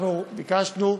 אנחנו ביקשנו,